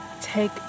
take